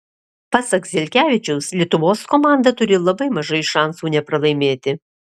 pasak zelkevičiaus lietuvos komanda turi labai mažai šansų nepralaimėti